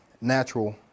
natural